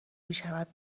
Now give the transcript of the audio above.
میشود